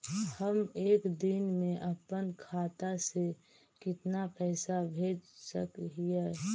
हम एक दिन में अपन खाता से कितना पैसा भेज सक हिय?